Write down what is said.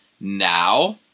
Now